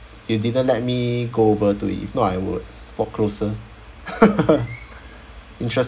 it didn't let me go over to it if not I would walk closer interest